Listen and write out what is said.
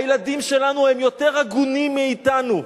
הילדים שלנו הם יותר הגונים מאתנו,